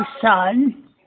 son